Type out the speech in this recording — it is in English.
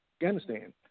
Afghanistan